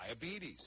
diabetes